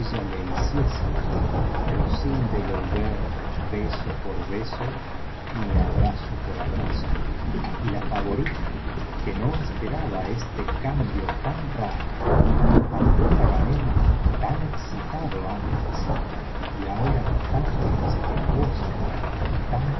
le hiciese pero sin devolver beso por beso ni abrazo por abrazo y la favorita que no esperaba este cambio biblioteca valenciana generalitat valenciana las mil noches y una noche tan rápido al ver á glianem tan excitado antes y ahora tan respetuoso y tan